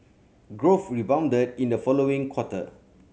growth rebounded in the following quarter